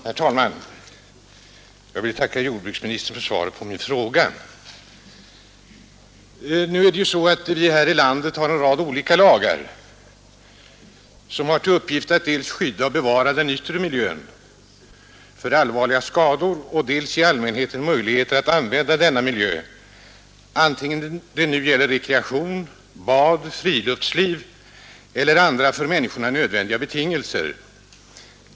Herr talman! Jag vill tacka jordbruksministern för svaret på min fråga. Vi har här i landet en rad olika lagar som har till uppgift att dels skydda och bevara den yttre miljön för allvarliga skador, dels ge allmänheten möjlighet att utnyttja våra naturtillgångar, antingen det nu gäller rekreation, bad, friluftsliv eller annat.